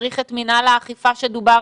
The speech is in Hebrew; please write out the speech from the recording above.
צריך את מינהל האכיפה עליו דובר